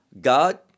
god